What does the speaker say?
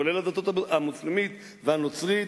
כולל המוסלמית והנוצרית,